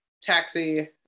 taxi